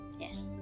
Yes